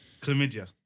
Chlamydia